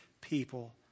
people